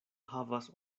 havas